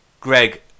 Greg